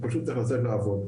הוא פשוט צריך לצאת לעבוד.